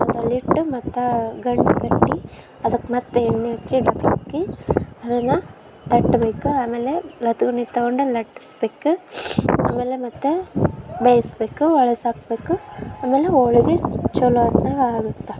ಅದರಲ್ಲಿಟ್ಟು ಮತ್ತೆ ಗಂಟು ಕಟ್ಟಿ ಅದಕ್ಕೆ ಮತ್ತು ಎಣ್ಣೆ ಹಚ್ಚಿ ಅದನ್ನು ತಟ್ಬೇಕು ಆಮೇಲೆ ಲತ್ಗುನಿ ತೊಗೊಂಡು ಲಟ್ಟಿಸ್ಬೇಕು ಆಮೇಲೆ ಮತ್ತೆ ಬೇಯಿಸ್ಬೇಕು ಹೊಳ್ಸಾಕ್ಬೇಕು ಆಮೇಲೆ ಹೋಳ್ಗಿ ಚೊಲೋ ಹೊತ್ನಾಗ್ ಆಗುತ್ತೆ